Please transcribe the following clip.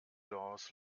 doors